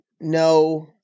No